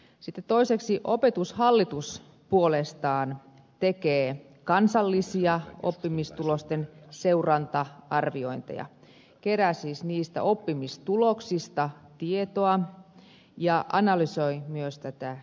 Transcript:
sitten toiseksi opetushallitus puolestaan tekee kansallisia oppimistulosten seuranta arviointeja kerää siis niistä oppimistuloksista tietoa ja analysoi myös tätä tietoa